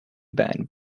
banned